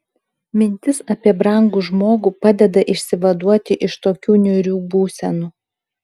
mintis apie brangų žmogų padeda išsivaduoti iš tokių niūrių būsenų